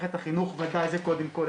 מערכת החינוך זה קודם כל,